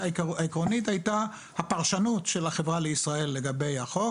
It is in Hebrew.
הנקודה העקרונית הייתה הפרשנות של החברה לישראל לגבי החוק